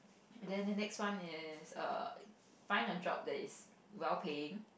and then the next one is err find a job that is well paying